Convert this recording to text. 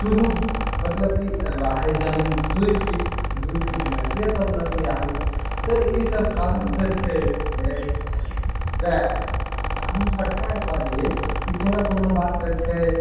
दुनू मतलब की रहै जमीन दुइ फीट दुइ फीटमे के सब लतियै आगू तऽ ई सब कारण से छै छै तऽ हम छोटकाके कहलियै की चलऽ कोनो बात तऽ छै